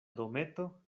dometo